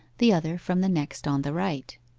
the other from the next on the right.